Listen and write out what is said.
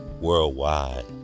worldwide